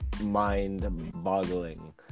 mind-boggling